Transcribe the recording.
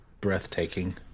Breathtaking